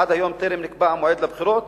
עד היום טרם נקבע המועד לבחירות.